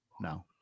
No